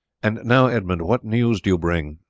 and now, edmund, what news do you bring?